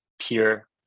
pure